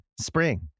Spring